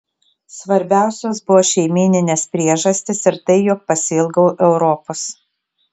svarbiausios buvo šeimyninės priežastys ir tai jog pasiilgau europos